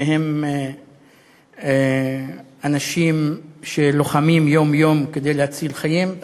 והם אנשים שלוחמים יום יום כדי להציל חיים.